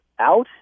out